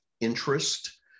interest